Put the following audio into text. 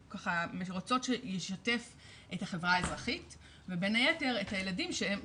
רוצות לשתף את החברה האזרחית ובין היתר את הילדים,